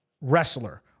wrestler